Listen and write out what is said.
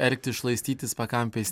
elgtis šlaistytis pakampiais